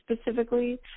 specifically